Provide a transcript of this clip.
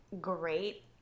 great